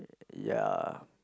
ya